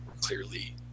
clearly